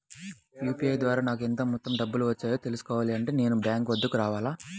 UPI ద్వారా నాకు ఎంత మొత్తం డబ్బులు వచ్చాయో తెలుసుకోవాలి అంటే నేను బ్యాంక్ వద్దకు రావాలా?